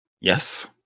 Yes